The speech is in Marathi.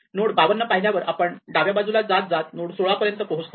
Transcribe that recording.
नोड 52 पाहिल्यावर आपण डाव्या बाजूला जात जात नोड 16 पर्यंत पोहोचतो